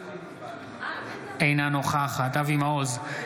אינה נוכחת אבי מעוז,